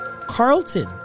Carlton